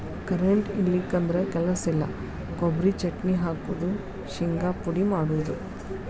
current ಇಲ್ಲಿಕಂದ್ರ ಕೆಲಸ ಇಲ್ಲಾ, ಕೊಬರಿ ಚಟ್ನಿ ಹಾಕುದು, ಶಿಂಗಾ ಪುಡಿ ಮಾಡುದು